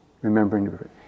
remembering